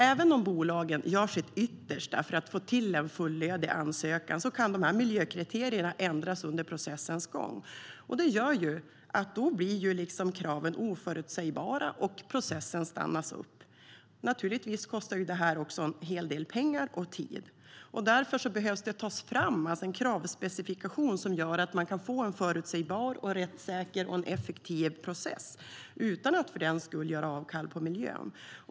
Även om bolagen gör sitt yttersta för att få till en fullödig ansökan kan miljökriterierna ändras under processens gång. Det gör att kraven blir oförutsägbara, och processen stannar upp. Naturligtvis kostar det här också en hel del pengar och tid. Därför behöver det tas fram en kravspecifikation som gör att man kan få en förutsägbar, rättssäker och effektiv process - utan att för den skull göra avkall på miljön.